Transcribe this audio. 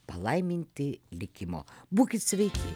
palaiminti likimo būkit sveiki